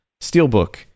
Steelbook